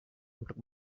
untuk